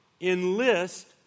enlist